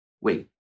wait